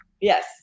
Yes